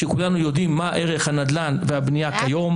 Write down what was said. וכולנו יודעים מה ערך הנדל"ן והבנייה כיום.